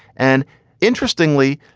and interestingly,